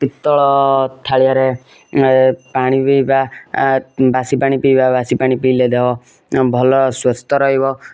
ପିତ୍ତଳ ଥାଳିଆରେ ପାଣି ପିଇବା ବାସି ପାଣି ପିଇବା ବାସି ପାଣି ପିଇଲେ ଦେହ ଭଲ ସ୍ୱସ୍ଥ ରହିବ